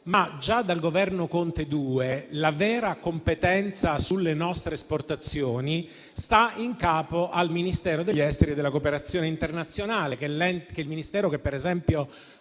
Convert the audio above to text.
ma già dal Governo Conte II la vera competenza sulle nostre esportazioni sta in capo al Ministero degli affari esteri e della cooperazione internazionale, il Ministero che, per esempio,